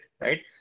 right